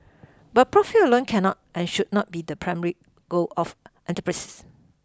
but profit alone cannot and should not be the primary goal of enterprises